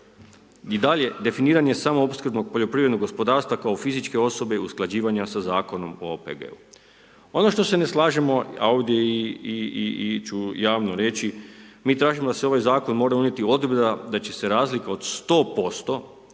i dalje definiran je samo opskrba poljoprivrednog gospodarstva kao fizičke osobe i usklađivanja sa Zakonom o OPG-u. Ono što se ne slažemo a ovdje i ću javno reći, mi tražimo da su u ovaj Zakon mora unijeti odredba da će se razlika od 100%